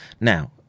Now